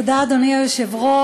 תודה, אדוני היושב-ראש.